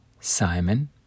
Simon